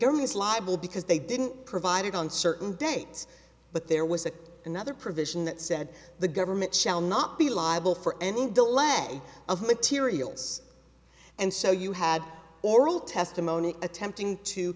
government's libel because they didn't provide it on certain dates but there was another provision that said the government shall not be liable for any delay of materials and so you had oral testimony attempting to